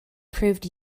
proved